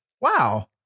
wow